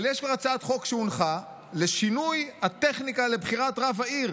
אבל כבר יש הצעת חוק שהונחה לשינוי הטכניקה לבחירת רב העיר,